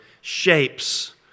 shapes